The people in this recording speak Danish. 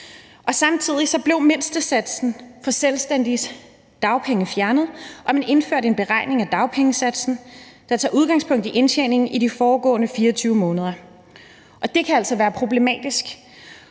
samtidig blev mindstesatsen for selvstændiges dagpenge fjernet, og man indførte en beregning af dagpengesatsen, der tager udgangspunkt i indtjeningen i de foregående 24 måneder. Det kan altså være problematisk,